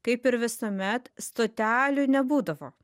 kaip ir visuomet stotelių nebūdavo